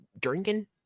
drinking